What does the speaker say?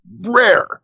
rare